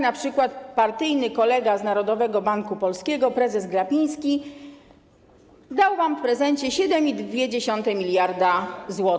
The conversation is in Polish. Na przykład partyjny kolega z Narodowego Banku Polskiego, prezes Glapiński, dał wam w prezencie 7,2 mld zł.